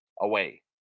away